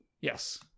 Yes